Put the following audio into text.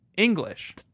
English